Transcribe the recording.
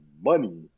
money